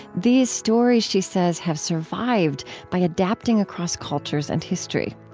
these stories, she says, have survived by adapting across cultures and history.